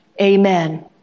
Amen